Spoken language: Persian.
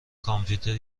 کامپیوتر